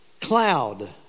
cloud